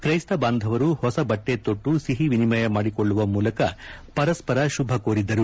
ಕ್ರೈಸ್ತ ಬಾಂಧವರು ಹೊಸ ಬಟ್ಟೆ ತೊಟ್ಟು ಸಿಹಿ ವಿನಿಮಯ ಮಾಡಿಕೊಳ್ಳುವ ಮೂಲಕ ಪರಸ್ಪರ ಶುಭ ಕೋರಿದರು